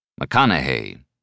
McConaughey